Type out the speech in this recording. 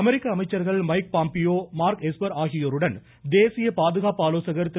அமெரிக்க அமைச்சர்கள் Mike Pompeo Mark Esper ஆகியோருடன் தேசிய பாதுகாப்பு ஆலோசகர் திரு